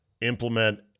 implement